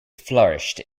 flourished